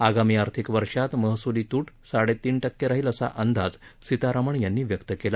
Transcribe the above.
आगामी आर्थिक वर्षात महसुली तुट साडेतीन टक्के राहील असा अंदाज सीतारामन यांनी व्यक्त केला